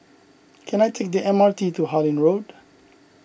can I take the M R T to Harlyn Road